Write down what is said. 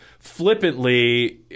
Flippantly